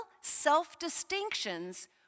self-distinctions